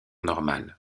normal